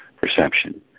perception